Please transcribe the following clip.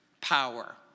power